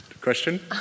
question